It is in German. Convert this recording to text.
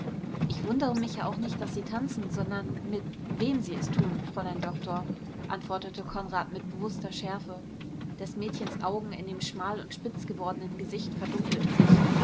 ich wundere mich ja auch nicht daß sie tanzen sondern mit wem sie es tun fräulein doktor antwortete konrad mit bewußter schärfe des mädchens augen in dem schmal und spitz gewordenen gesicht verdunkelten sich